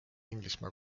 inglismaa